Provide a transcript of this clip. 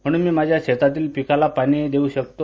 म्हणून मी माझ्या शेतातील पिकाला पाणी देऊ शकतो